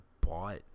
bought